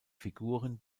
figuren